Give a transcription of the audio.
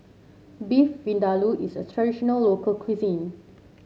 Beef Vindaloo is a traditional local cuisine